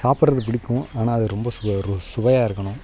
சாப்பிட்றது பிடிக்கும் ஆனால் அது ரொம்ப சு ஒரு சுவையாக இருக்கணும்